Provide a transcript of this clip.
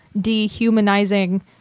dehumanizing